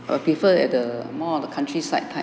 I prefer at the more of the countryside type